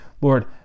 Lord